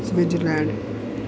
Switzerland